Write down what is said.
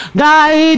die